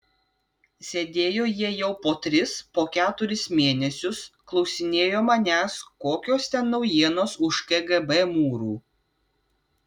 sėdėjo jie jau po tris po keturis mėnesius klausinėjo manęs kokios ten naujienos už kgb mūrų